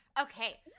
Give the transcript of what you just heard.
Okay